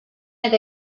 eta